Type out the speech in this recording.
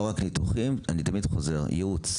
לא רק ניתוחים, ואני תמיד חוזר על זה, גם ייעוץ.